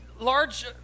large